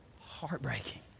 heartbreaking